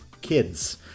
kids